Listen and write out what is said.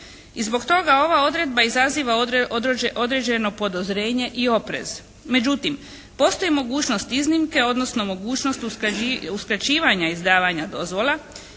I zbog toga ova odredba izaziva određeno podozrenje i oprez. Međutim, postoji mogućnost iznimke, odnosno mogućnost uskraćivanja izdavanja dozvola